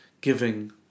giving